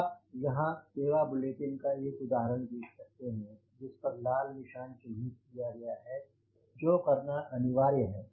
आप यहाँ सेवा बुलेटीन का एक उदाहरण देख सकते हैं जिस पर लाल निशान चिन्हित किया गया है जो करना अनिवार्य है